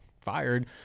fired